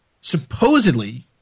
supposedly